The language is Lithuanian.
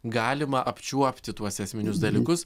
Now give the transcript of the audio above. galima apčiuopti tuos esminius dalykus